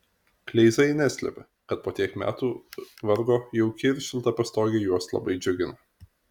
kleizai neslepia kad po tiek metų vargo jauki ir šilta pastogė juos labai džiugina